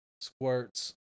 squirts